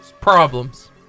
problems